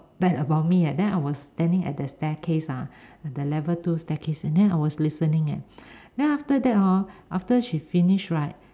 bad about me leh then I was standing at the staircase ah at the level two staircase and then I was listening leh then after that hor after she finish right